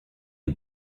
est